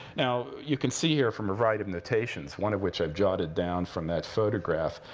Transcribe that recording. now, you can see here from a variety of notations, one of which i've jotted down from that photograph.